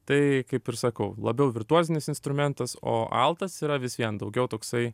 tai kaip ir sakau labiau virtuozinis instrumentas o altas yra vis vien daugiau toksai